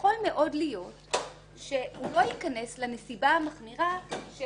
יכול מאוד להיות שהוא לא ייכנס לנסיבה המחמירה של